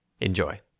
Enjoy